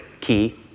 key